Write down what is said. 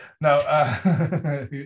No